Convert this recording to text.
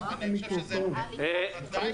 אדוני.